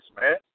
man